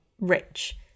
rich